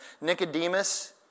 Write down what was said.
Nicodemus